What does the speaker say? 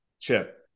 chip